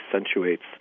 accentuates